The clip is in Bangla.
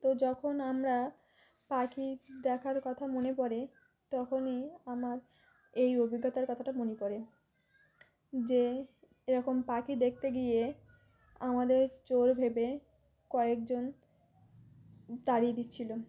তো যখন আমরা পাখি দেখার কথা মনে পড়ে তখনই আমার এই অভিজ্ঞতার কথাটা মনে পড়ে যে এরকম পাখি দেখতে গিয়ে আমাদের চোর ভেবে কয়েকজন তাড়িয়ে দিচ্ছিলো